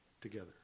together